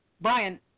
Brian